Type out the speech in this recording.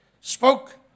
Spoke